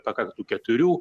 pakaktų keturių